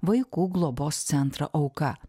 vaikų globos centrą auka